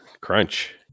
Crunch